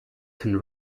can